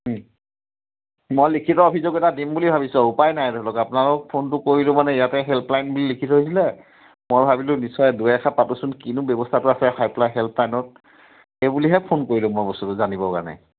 মই লিখিত অভিযোগ এটা দিম বুলি ভাবিছোঁ উপায় নাই ধৰি লওক আপোনালোক ফোনটো কৰিলোঁ মানে ইয়াতে হেল্পলাইন বুলি লিখি থৈছিলে মই ভাবিলোঁ নিশ্চয় দুই এষাৰ পাতোচোন কিনো ব্যৱস্থাটো আছে হেল্পলাইন হেল্পলাইনত সেইবুলিহে ফোন কৰিলোঁ মই বস্তুটো জানিবৰ কাৰণে